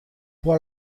può